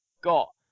got